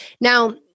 Now